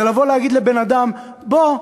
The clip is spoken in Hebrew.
זה לבוא להגיד לבן-אדם: בוא,